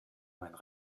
meinen